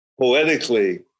poetically